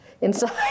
inside